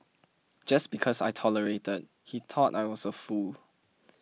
just because I tolerated he thought I was a fool